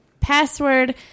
password